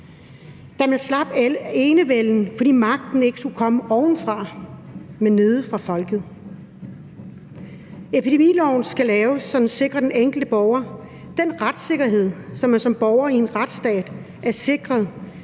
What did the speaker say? da man slap enevælden, fordi magten ikke skulle komme ovenfra, men nede fra folket. Epidemiloven skal laves, så den sikrer den enkelte borger den retssikkerhed, som man som borger i en retsstat er sikret,